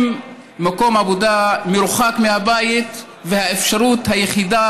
אם מקום העבודה מרוחק מהבית והאפשרות היחידה